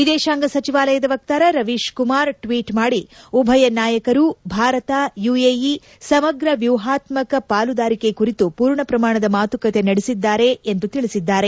ವಿದೇಶಾಂಗ ಸಚಿವಾಲಯದ ವಕ್ತಾರ ರವೀಶ್ಕುಮಾರ್ ಟ್ವೀಟ್ ಮಾಡಿ ಉಭಯ ನಾಯಕರು ಭಾರತ ಯುಎಇ ಸಮಗ್ರ ವ್ಯೂಹಾತ್ಮಕ ಪಾಲುದಾರಿಕೆ ಕುರಿತು ಪೂರ್ಣ ಪ್ರಮಾಣದ ಮಾತುಕತೆ ನಡೆಸಿದ್ದಾರೆ ಎಂದು ತಿಳಿಸಿದ್ದಾರೆ